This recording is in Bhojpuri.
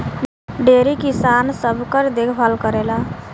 डेयरी किसान सबकर देखभाल करेला